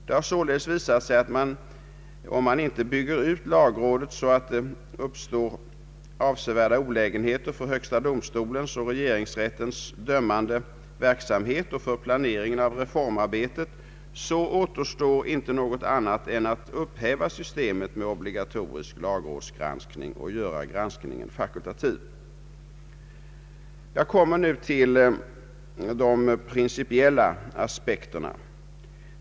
Det har således visat sig att om man inte bygger ut lagrådet så kraftigt att det medför avsevärda olägenheter för högsta domstolens och regeringsrättens dömande verksamhet och för planeringen av reformarbetet återstår inget annat än att upphäva systemet med obligatorisk lagrådsgranskning och att göra granskningen fakultativ. Jag övergår till de principiella aspekterna.